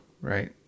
right